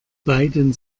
beiden